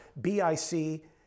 BIC